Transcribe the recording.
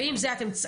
ואתם,